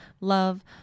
love